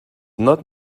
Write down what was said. not